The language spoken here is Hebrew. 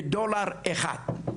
בדולר אחד.